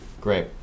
Great